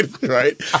Right